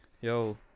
Yo